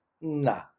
nah